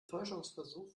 täuschungsversuch